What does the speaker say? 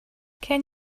can